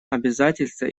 обязательства